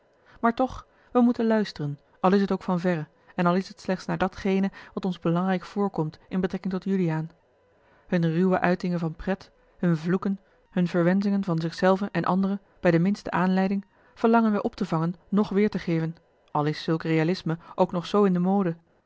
maar toch wij moeten luisteren al is t ook van verre en al is het slechts naar datgene wat ons belangrijk voorkomt in betrekking tot juliaan hunne ruwe uitingen van pret hunne vloeken hunne verwenschingen van zich zelven en anderen bij de minste aanleiding verlangen wij op te vangen noch weêr te geven al is zulk realisme ook nog zoo in de mode